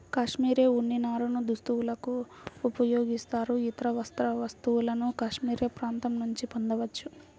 cashmere ఉన్ని నారను దుస్తులకు ఉపయోగిస్తారు, ఇతర వస్త్ర వస్తువులను కాష్మెరె ప్రాంతం నుండి పొందవచ్చు